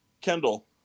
kendall